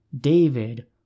David